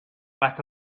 back